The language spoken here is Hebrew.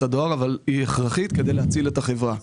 הדואר אבל היא הכרחית כדי להציל את החברה.